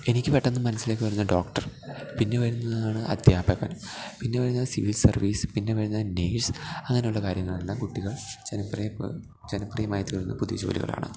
എനിക്ക് പെട്ടെന്ന് മനസ്സിലേക്ക് വരുന്നത് ഡോക്ടർ പിന്നെ വരുന്നതാണ് അധ്യാപകൻ പിന്നെ വരുന്ന സിവിൽ സർവീസ് പിന്നെ വരുന്നത് നേഴ്സ് അങ്ങനെയുള്ള കാര്യങ്ങളെല്ലാം കുട്ടികൾ ജനപ്രിയ ജനപ്രിയമായിത്തീർന്ന പുതിയ ജോലികളാണ്